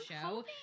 show